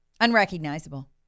Unrecognizable